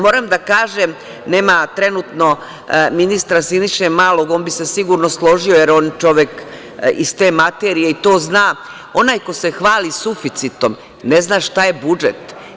Moram da kažem, nema trenutno ministra Siniše Malog, on bi se sigurno složio, jer je on čovek iz te materije i to zna, onaj ko se hvali suficitom ne zna šta je budžet.